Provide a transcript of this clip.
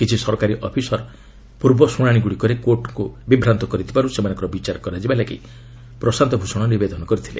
କିଛି ସରକାରୀ ଅଫିସର୍ ପୂର୍ବ ଶୁଣାଶିଗୁଡ଼ିକରେ କୋର୍ଟଙ୍କୁ ବିଭ୍ରାନ୍ତ କରିଥିବାରୁ ସେମାନଙ୍କର ବିଚାର କରାଯିବା ଲାଗି ପ୍ରଶାନ୍ତ ଭୂଷଣ ନିବେଦନ କରିଥିଲେ